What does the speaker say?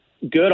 good